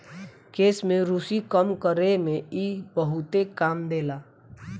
केश में रुसी कम करे में इ बहुते काम देला